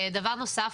דבר נוסף,